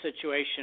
situation